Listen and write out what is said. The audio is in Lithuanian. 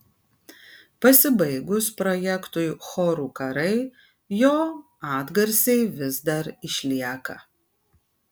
pasibaigus projektui chorų karai jo atgarsiai vis dar išlieka